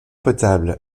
potable